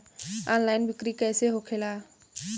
Online बिक्री कैसे होखेला?